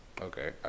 Okay